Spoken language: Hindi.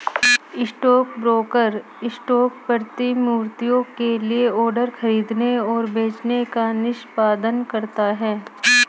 स्टॉकब्रोकर स्टॉक प्रतिभूतियों के लिए ऑर्डर खरीदने और बेचने का निष्पादन करता है